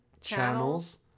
channels